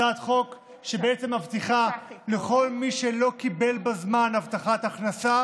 הצעת חוק שבעצם מבטיחה לכל מי שלא קיבל בזמן הבטחת הכנסה